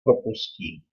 propustí